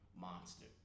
Monster